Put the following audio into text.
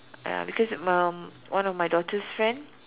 ah because it's mum one of my daughter's friend